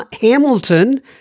Hamilton